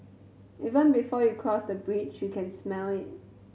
even before you cross the bridge you can smell it